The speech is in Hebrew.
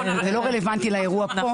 זה לא רלוונטי לאירוע הזה.